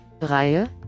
Reihe